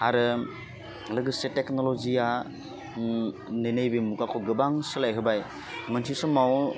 आरो लोगोसे टेक्न'लजिया नै नैबे मुगाखौ गोबां सोलायहोबाय मोनसे समाव